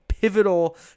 Pivotal